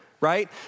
right